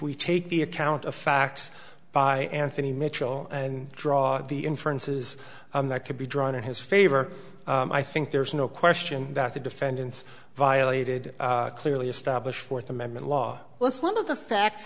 we take the account of facts by anthony mitchell and draw the inference is that could be drawn in his favor i think there's no question that the defendants violated clearly established fourth amendment law was one of the fact